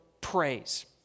praise